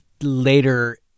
later